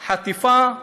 חטיפה,